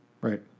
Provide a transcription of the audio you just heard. Right